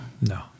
no